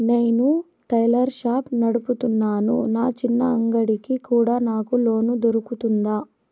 నేను tailor shop నడుపుతున్నాను, నా చిన్న అంగడి కి కూడా నాకు లోను దొరుకుతుందా?